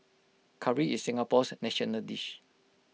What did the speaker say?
Curry is Singapore's national dish